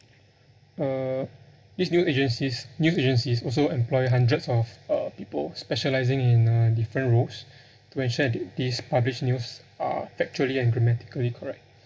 uh these new agencies news agencies also employ hundreds of uh people specialising in uh different roles to ensure that these published news are factually and grammatically correct